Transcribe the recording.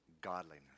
godliness